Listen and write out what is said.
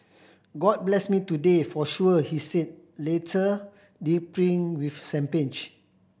god blessed me today for sure he said later dripping with champagne